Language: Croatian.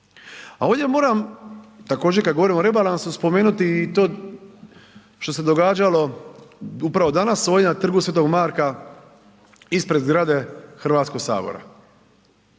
A ovdje moram, također kad govorim o rebalansu spomenuti i to što se događalo upravo danas ovdje na Trgu Sv. Marka ispred zgrade Hrvatskog sabora.